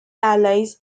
allies